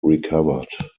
recovered